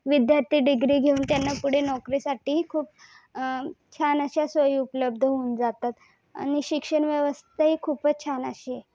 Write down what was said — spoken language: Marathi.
विद्यार्थी डिग्री घेऊन त्यांना पुढे नोकरीसाठी खूप छान अशा सोयी उपलब्ध होऊन जातात आणि शिक्षणव्यवस्थाही खूपच छान अशी आहे